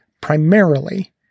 primarily